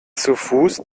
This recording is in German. fuß